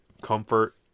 comfort